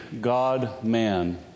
God-man